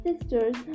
sisters